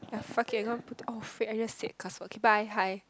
of fuck it putting off mistakes okay bye hi